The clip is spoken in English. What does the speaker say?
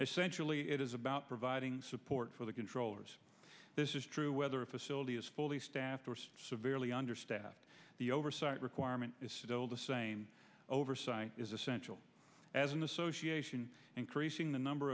essentially it is about providing support for the controllers this is true whether a facility is fully staffed or severely understaffed the oversight requirement is still the same oversight is essential as an association increasing the number